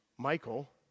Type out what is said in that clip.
Michael